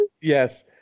Yes